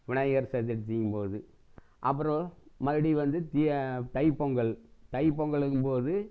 விநாயகர் சதுர்த்திங்கும் போது அப்புறம் மறுபடியும் வந்து தீ தைப்பொங்கல் தைப்பொங்கலுங்கும் போது